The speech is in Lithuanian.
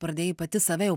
pradėjai pati save jau